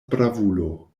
bravulo